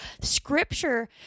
scripture